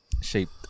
Shaped